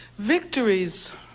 Victories